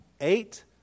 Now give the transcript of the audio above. Eight